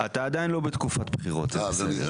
אתה עדיין לא בתקופת בחירות אז בסדר,